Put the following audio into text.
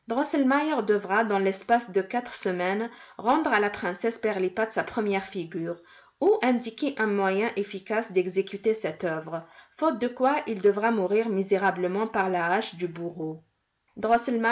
devra dans l'espace de quatre semaines rendre à la princesse pirlipat sa première figure ou indiquer un moyen efficace d'exécuter cette œuvre faute de quoi il devra mourir misérablement par la hache du bourreau